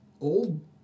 old